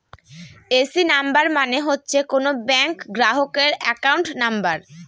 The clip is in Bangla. এ.সি নাম্বার মানে হচ্ছে কোনো ব্যাঙ্ক গ্রাহকের একাউন্ট নাম্বার